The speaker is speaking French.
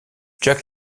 jake